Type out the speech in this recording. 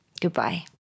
Goodbye